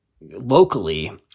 locally